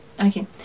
Okay